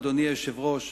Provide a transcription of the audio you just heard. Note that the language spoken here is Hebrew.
אדוני היושב-ראש,